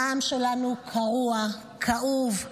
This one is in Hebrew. העם שלנו קרוע, כאוב,